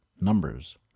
numbers